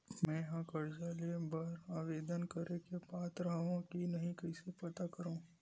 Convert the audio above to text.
मेंहा कर्जा ले बर आवेदन करे के पात्र हव की नहीं कइसे पता करव?